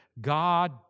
God